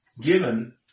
given